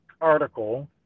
article